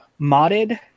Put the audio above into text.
modded